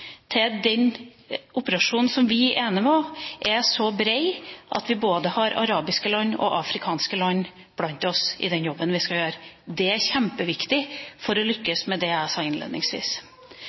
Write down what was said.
til det, at den operasjonen som vi er enige om, er så bred at vi både har arabiske land og afrikanske land blant oss i den jobben vi skal gjøre. Det er kjempeviktig for at vi skal lykkes med det jeg sa innledningsvis.